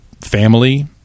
family